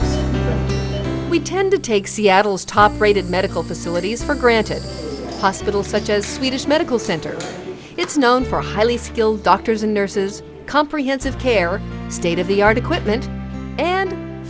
man we tend to take seattle's top rated medical facilities for granted hospital such as swedish medical center it's known for highly skilled doctors and nurses comprehensive care or state of the art equipment and